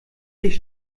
sich